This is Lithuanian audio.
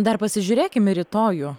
dar pasižiūrėkim į rytojų